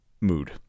Mood